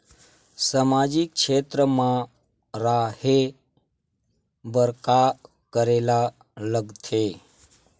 सामाजिक क्षेत्र मा रा हे बार का करे ला लग थे